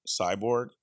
cyborg